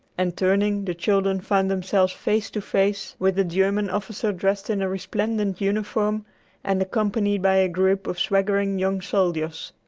and, turning, the children found themselves face to face with a german officer dressed in a resplendent uniform and accompanied by a group of swaggering young soldiers.